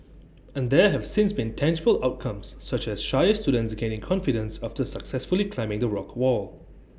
and there have since been tangible outcomes such as shyer students gaining confidence after successfully climbing the rock wall